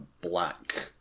black